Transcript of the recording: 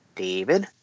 David